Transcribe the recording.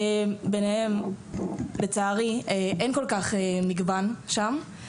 ביניהם, לצערי, אין כל כך מגוון שם.